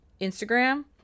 Instagram